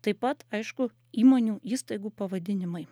taip pat aišku įmonių įstaigų pavadinimai